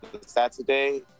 Saturday